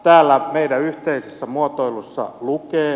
täällä meidän yhteisessä muotoilussa lukee